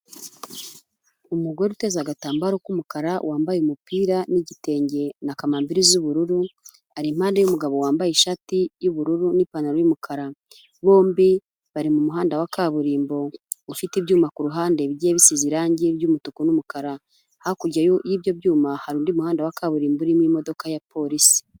Umugore uteze agatambaro k'umukara wambaye umupira n'igitenge na kamambiri z'bururu, ari impande y'umugabo wambaye ishati y'ubururu n'ipantaro y'umukara, bombi bari mu muhanda wa kaburimbo ufite ibyuma ku ruhande bigiye bisize irangi ry'umutuku n'umukara, hakurya y'ibyo byuma hari undi muhanda wa kaburimbo urimo imodoka ya polisi.